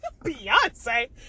Beyonce